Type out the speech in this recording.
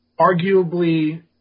arguably